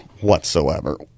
whatsoever